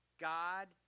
God